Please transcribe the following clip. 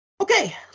Okay